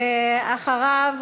ואחריה,